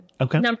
Okay